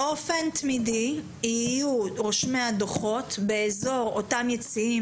באופן תמידי יהיו רושמי הדוחות באיזור אותם יציעים,